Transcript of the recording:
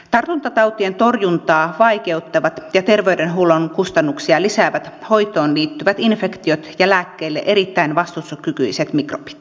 tartuntatautien torjuntaa vaikeuttavat ja terveydenhuollon kustannuksia lisäävät hoitoon liittyvät infektiot ja lääkkeille erittäin vastustuskykyiset mikrobit